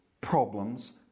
problems